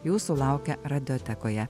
jūsų laukia radiotekoje